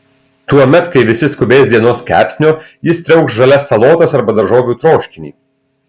tuomet kai visi skubės dienos kepsnio jis triaukš žalias salotas arba daržovių troškinį